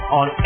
on